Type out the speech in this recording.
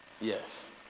Yes